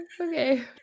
Okay